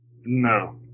No